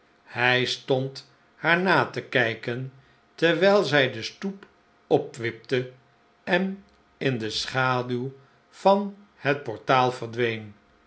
hij stond haar na te kijken terwijl zij de stoep opwipte en in de schaduw van het portaal verdween